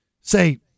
say